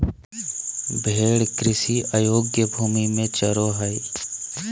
भेड़ कृषि अयोग्य भूमि में चरो हइ